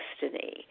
destiny